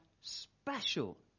special